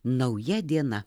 nauja diena